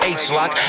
h-lock